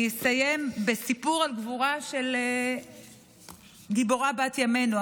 אני אסיים בסיפור על גבורה של גיבורה בת ימינו,